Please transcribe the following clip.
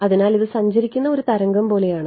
അതിനാൽ ഇത് സഞ്ചരിക്കുന്ന ഒരു തരംഗം പോലെയാണ്